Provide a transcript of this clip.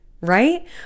right